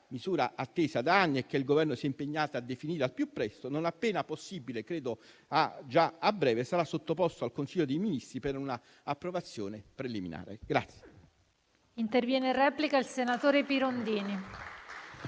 misura attesa da anni e che il Governo si è impegnato a definire al più presto. Non appena possibile, ritengo già a breve, tale schema sarà sottoposto al Consiglio dei ministri per una approvazione preliminare.